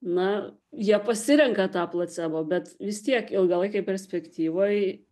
na jie pasirenka tą placebo bet vis tiek ilgalaikėj perspektyvoj